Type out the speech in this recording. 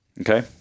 Okay